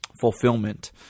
fulfillment